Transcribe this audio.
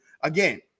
again